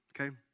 Okay